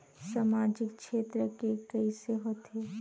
सामजिक क्षेत्र के कइसे होथे?